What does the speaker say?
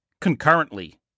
concurrently